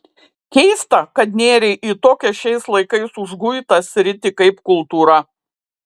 keista kad nėrei į tokią šiais laikais užguitą sritį kaip kultūra